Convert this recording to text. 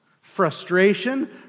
frustration